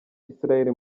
israel